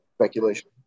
speculation